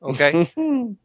Okay